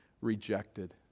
rejected